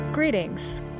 Greetings